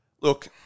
Look